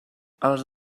els